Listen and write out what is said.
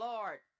Lord